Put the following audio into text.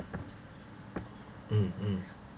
um um